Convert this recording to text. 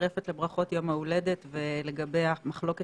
מצטרפת לברכות יום ההולדת ולגבי המחלוקת